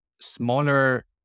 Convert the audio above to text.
smaller